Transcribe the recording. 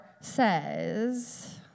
says